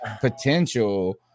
potential